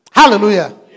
Hallelujah